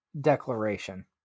declaration